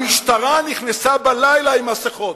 המשטרה נכנסה בלילה עם מסכות.